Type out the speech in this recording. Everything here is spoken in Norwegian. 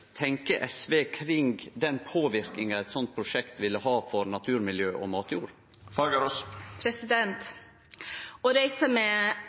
SV kring den påverknaden eit sånt prosjekt vil ha på naturmiljø og matjord? Å reise med jernbane er mye mer arealeffektivt enn å reise med